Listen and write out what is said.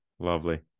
Lovely